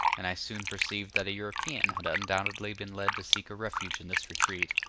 and i soon perceived that a european had undoubtedly been led to seek a refuge in this retreat.